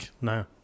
no